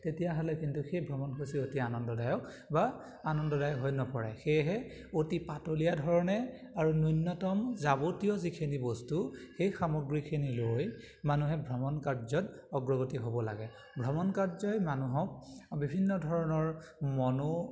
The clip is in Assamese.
তেতিয়াহ'লে কিন্তু সেই ভ্ৰমণসূচী অতি আনন্দদায়ক বা আনন্দদায়ক হৈ নপৰে সেয়েহে অতি পাতলীয়া ধৰণে আৰু ন্যূনতম যাৱতীয় যিখিনি বস্তু সেই সামগ্ৰীখিনি লৈ মানুহে ভ্ৰমণ কাৰ্যত অগ্ৰগতি হ'ব লাগে ভ্ৰমণ কাৰ্যই মানুহক বিভিন্ন ধৰণৰ মনো